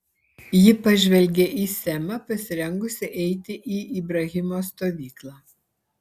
ji pažvelgė į semą pasirengusį eiti į ibrahimo stovyklą